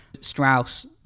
Strauss